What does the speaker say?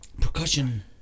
percussion